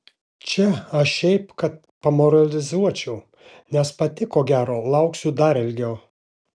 čia aš šiaip kad pamoralizuočiau nes pati ko gero lauksiu dar ilgiau